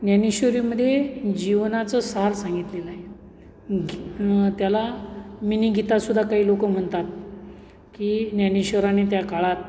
ज्ञानेश्वरीमध्ये जीवनाचं सार सांगितलेलं आहे गि त्याला मिनी गीतासुद्धा काही लोक म्हणतात की ज्ञानेश्वराने त्या काळात